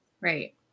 Right